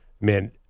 Man